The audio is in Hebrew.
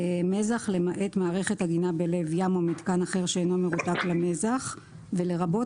מזח למעט מערכת עגינה בלב ים או מיתקן אחר שאינו מרותק למזח ולרבות